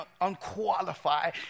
unqualified